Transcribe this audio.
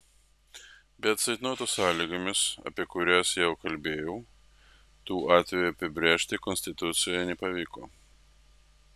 bet ceitnoto sąlygomis apie kurias jau kalbėjau tų atvejų apibrėžti konstitucijoje nepavyko